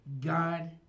God